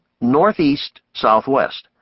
northeast-southwest